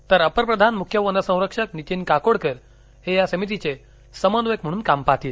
तर अपर प्रधान मुख्य वनसंरक्षक नीतीन काकोडकर हे या समितीचे समन्वयक म्हणून काम पाहतील